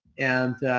and